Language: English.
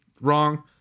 wrong